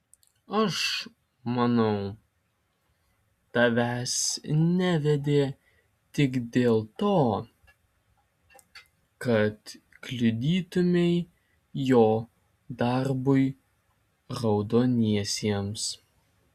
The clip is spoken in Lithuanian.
aš manau tavęs nevedė tik dėl to kad kliudytumei jo darbui raudoniesiems